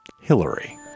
Hillary